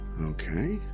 Okay